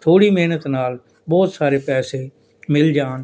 ਥੋੜ੍ਹੀ ਮਿਹਨਤ ਨਾਲ ਬਹੁਤ ਸਾਰੇ ਪੈਸੇ ਮਿਲ ਜਾਣ